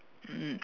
mm